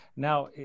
Now